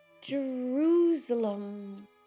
Jerusalem